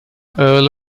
earl